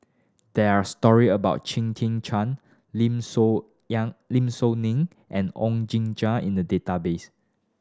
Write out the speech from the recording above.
there are story about Chia Tee Chiak Lim Soo Lim Soo Ngee and Oon Jin Gee in the database